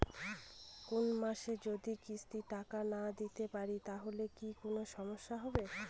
কোনমাসে যদি কিস্তির টাকা না দিতে পারি তাহলে কি কোন সমস্যা হবে?